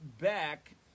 back